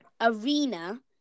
arena